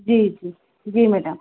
जी जी जी मैडम